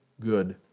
good